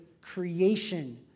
creation